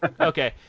okay